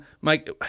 Mike